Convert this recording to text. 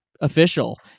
official